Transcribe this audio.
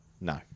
No